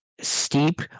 steep